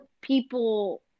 people